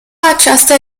acestea